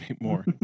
more